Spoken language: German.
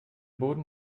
boden